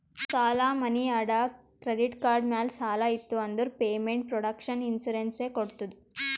ಸಾಲಾ, ಮನಿ ಅಡಾ, ಕ್ರೆಡಿಟ್ ಕಾರ್ಡ್ ಮ್ಯಾಲ ಸಾಲ ಇತ್ತು ಅಂದುರ್ ಪೇಮೆಂಟ್ ಪ್ರೊಟೆಕ್ಷನ್ ಇನ್ಸೂರೆನ್ಸ್ ಎ ಕೊಡ್ತುದ್